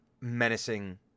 menacing